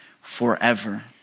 forever